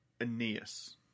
Aeneas